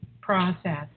process